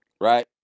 right